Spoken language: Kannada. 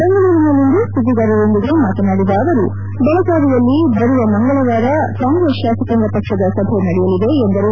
ಬೆಂಗಳೂರಿನಲ್ಲಿಂದು ಸುದ್ದಿಗಾರರೊಂದಿಗೆ ಮಾತನಾಡಿದ ಅವರು ಬೆಳಗಾವಿಯಲ್ಲಿ ಬರುವ ಮಂಗಳವಾರದಂದು ಕಾಂಗ್ರೆಸ್ ಶಾಸಕಾಂಗ ಪಕ್ಷದ ಸಭೆ ನಡೆಯಲಿದೆ ಎಂದರು